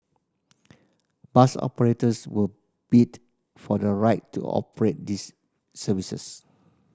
bus operators will bid for the right to operate these services